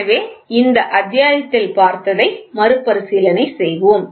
எனவே இந்த அத்தியாயத்தில் பார்த்ததை மறுபரிசீலனை செய்வோம்